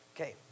Okay